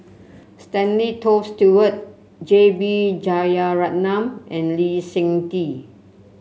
Stanley Toft Stewart J B Jeyaretnam and Lee Seng Tee